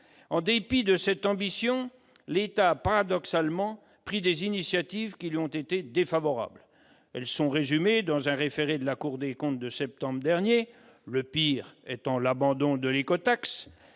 En dépit de cette ambition, l'État a paradoxalement pris des initiatives qui lui ont été défavorables. Elles sont résumées dans un référé de la Cour des comptes de septembre dernier, le pire étant l'abandon de l'écotaxe.